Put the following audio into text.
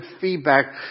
feedback